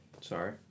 Sorry